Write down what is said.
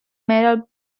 metal